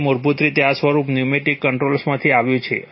તેથી મૂળભૂત રીતે આ સ્વરૂપ ન્યુમેટિક કંટ્રોલર્સમાંથી આવ્યું છે